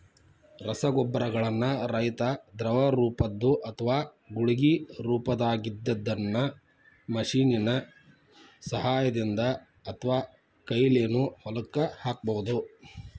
ರಸಗೊಬ್ಬರಗಳನ್ನ ರೈತಾ ದ್ರವರೂಪದ್ದು ಅತ್ವಾ ಗುಳಿಗಿ ರೊಪದಾಗಿದ್ದಿದ್ದನ್ನ ಮಷೇನ್ ನ ಸಹಾಯದಿಂದ ಅತ್ವಾಕೈಲೇನು ಹೊಲಕ್ಕ ಹಾಕ್ಬಹುದು